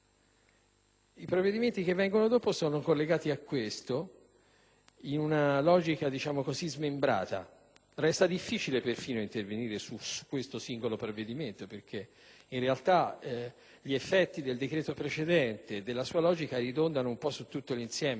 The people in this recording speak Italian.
I provvedimenti che vengono dopo sono collegati a questo in una logica smembrata e risulta perfino difficile intervenire su questo singolo provvedimento perché, in realtà, gli effetti del decreto precedente e della sua logica ridondano un po' sul